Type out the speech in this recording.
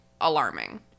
alarming